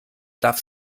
darf